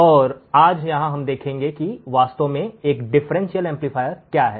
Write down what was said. और आज यहां हम देखेंगे कि वास्तव में एक डिफरेंशियल एम्पलीफायर क्या है